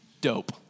dope